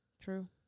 True